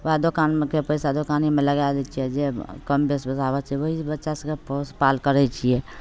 वएह दोकानमेके पइसा दोकानेमे लगै दै छिए जे कम बेस पइसा होइ छै वएहसे बच्चाके पोस पाल करै छिए